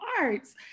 arts